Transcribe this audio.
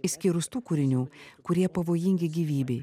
išskyrus tų kūrinių kurie pavojingi gyvybei